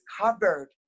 covered